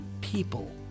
People